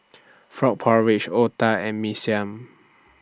Frog Porridge Otah and Mee Siam